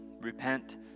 repent